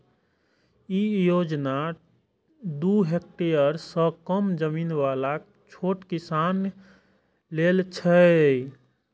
ई योजना दू हेक्टेअर सं कम जमीन बला छोट किसान लेल छै